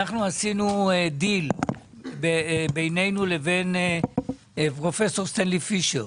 שעשינו דיל בינינו לבין פרופ' סטנלי פישר.